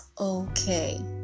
okay